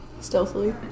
stealthily